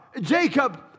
Jacob